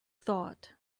thought